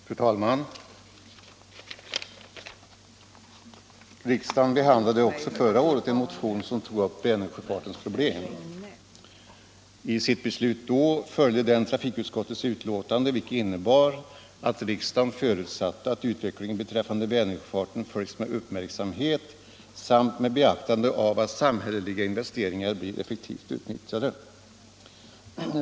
Fru talman! Riksdagen behandlade också förra året en motion som tog upp Vänersjöfartens problem. I sitt beslut följde riksdagen då trafikutskottets betänkande, vilket innebar att riksdagen förutsatte att utvecklingen beträffande Vänersjöfarten följs med uppmärksamhet samt med beaktande av att samhälleliga investeringar blir effektivt utnyttjade.